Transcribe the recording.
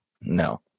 No